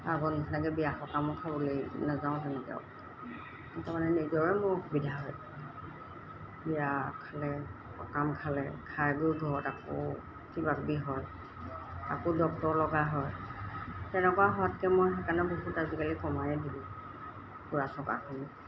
আগৰ নিচিনাকৈ বিয়া সকামো খাবলৈ নাযাওঁ তেনেকৈ আৰু তাৰমানে নিজৰে মোৰ অসুবিধা হয় বিয়া খালে সকাম খালে খাই গৈ ঘৰত আকৌ কিবাকিবি হয় আকৌ ডক্টৰ লগা হয় তেনেকুৱা হোৱাতকৈ মই সেইকাৰণে বহুত আজিকালি কমায়ে দিলোঁ ফুৰা চকাখিনি